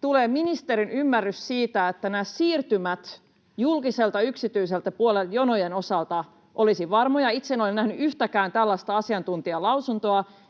tulee ministerin ymmärrys siitä, että nämä siirtymät julkiselta yksityiselle puolelle jonojen osalta olisivat varmoja? Itse en ole nähnyt yhtäkään tällaista asiantuntijalausuntoa,